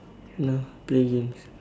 no play games